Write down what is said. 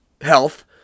health